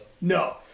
No